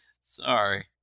sorry